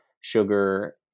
sugar